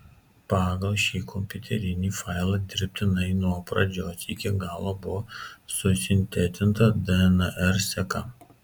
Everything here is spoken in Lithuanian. pagal šį kompiuterinį failą dirbtinai nuo pradžios iki galo buvo susintetinta dnr seka